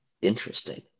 Interesting